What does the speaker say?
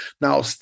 Now